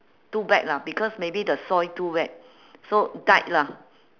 too bad lah because maybe the soil too wet so died lah